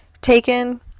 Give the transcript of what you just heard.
taken